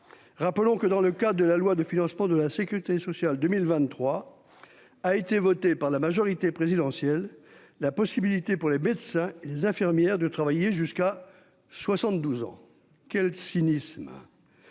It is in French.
Rappelons que dans le cas de la loi de financement de la Sécurité sociale 2023. A été votée par la majorité présidentielle la possibilité pour les médecins, les infirmières de travailler jusqu'à 72 ans. Quel cynisme.